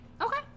Okay